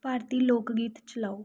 ਭਾਰਤੀ ਲੋਕ ਗੀਤ ਚਲਾਓ